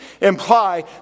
imply